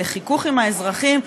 לחיכוך עם האזרחים,